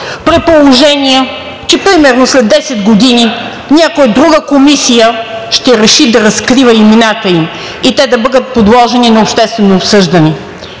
при положение че примерно след 10 години някоя друга комисия ще реши да разкрива имената им и те да бъдат подложени на обществено осъждане.